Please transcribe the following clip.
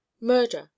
murder